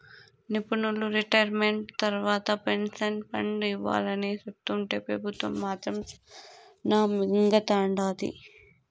నిపునులు రిటైర్మెంట్ తర్వాత pension fund ఇవ్వాలని సెప్తుంటే పెబుత్వం మాత్రం శానా మింగతండాది